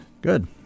Good